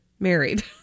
Married